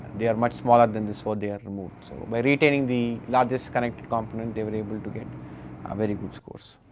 they are much smaller than this, so ah they are removed. so by retaining the largest connected component, they were able to get a very good cause.